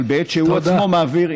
אבל בעת שהוא עצמו מעביר,